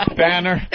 banner